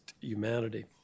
humanity